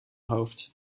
hoofd